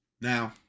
Now